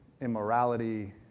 immorality